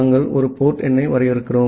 நாங்கள் ஒரு போர்ட் எண்ணை வரையறுக்கிறோம்